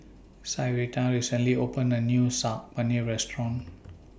Syreeta recently opened A New Saag Paneer Restaurant